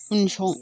उनसं